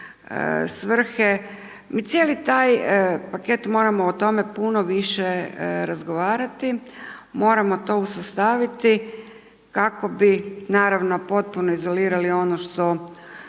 Cijeli taj paket moramo o tome puno više razgovarali, moramo to usustaviti kako bi naravno potpuno izolirali ono što